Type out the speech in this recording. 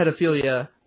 pedophilia